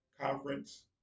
Conference